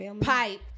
pipe